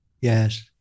yes